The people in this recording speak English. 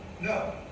No